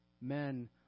Men